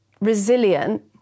resilient